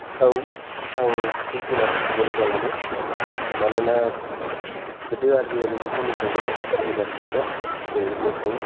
औ आं जिब जुनार फिसिनो मोजां मोनो मानोना गोदो आजै आजौनि समनिफ्रायनो जोंहा फिबोगासिनो दं जेरै मोसौ